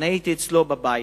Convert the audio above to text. אני הייתי אצלו בבית.